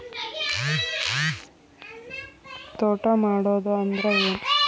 ತೋಟ ಮಾಡುದು ಅಂದ್ರ ಏನ್?